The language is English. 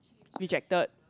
rejected